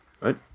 right